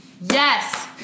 yes